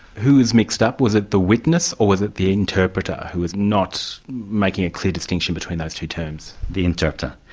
who was mixed up? was it the witness or was it the interpreter who was not making a clear distinction between those two terms. the interpreter.